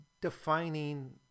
defining